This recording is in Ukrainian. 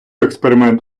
експеримент